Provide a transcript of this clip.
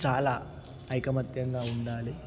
చాలా ఐకమత్యంగా ఉండాలి